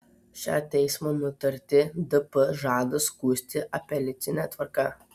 šią teismo nutartį dp žada skųsti apeliacine tvarka